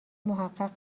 محقق